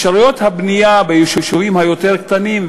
אפשרויות הבנייה ביישובים היותר קטנים,